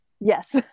Yes